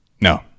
No